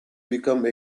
become